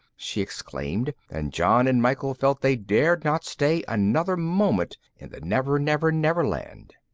she exclaimed, and john and michael felt they dared not stay another moment in the never-never-never land.